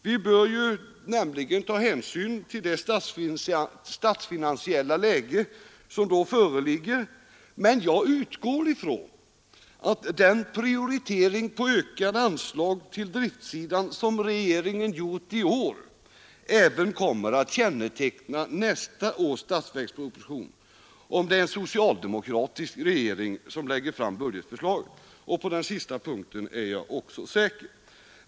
Vi bör nämligen ta hänsyn till det statsfinansiella läge som då föreligger, men jag utgår från att den prioritering av ökade anslag till driftsidan som regeringen gjort i år även kommer att känneteckna nästa års statsverksproposition — om det är en socialdemokratisk regering som lägger fram budgetförslaget. Även på den sista punkten är jag säker.